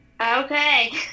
Okay